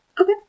Okay